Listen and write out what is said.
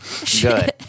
Good